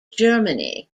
germany